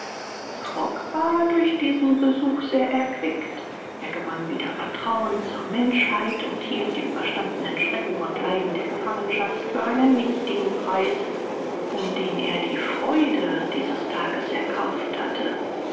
war durch diesen besuch sehr erquickt er gewann wieder vertrauen zur menschheit und hielt die überstandenen schrecken und leiden der gefangenschaft für einen nichtigen preis um den er die freude dieses tages erkauft hatte